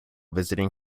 visiting